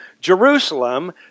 Jerusalem